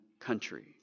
country